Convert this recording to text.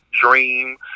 dream